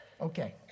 Okay